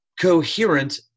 coherent